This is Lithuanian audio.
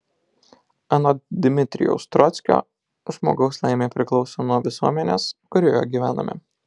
anot dmitrijaus trockio žmogaus laimė priklauso nuo visuomenės kurioje gyvename